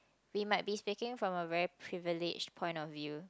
we might be speaking from a very privileged point of view